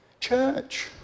church